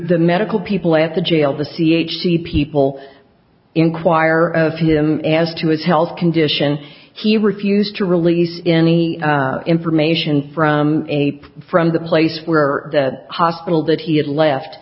the medical people at the jail the c h p the people inquire of him as to his health condition he refused to release any information from a from the place where the hospital that he had left